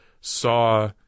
saw